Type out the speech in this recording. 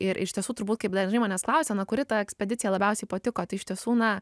ir iš tiesų turbūt kaip dažnai manęs klausia na kuri ta ekspedicija labiausiai patiko tai iš tiesų na